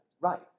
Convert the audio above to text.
Right